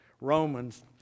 Romans